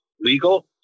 legal